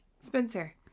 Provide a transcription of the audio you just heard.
Spencer